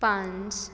ਪੰਜ